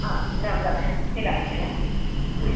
आम् राम् राम् मिलामः मिलामः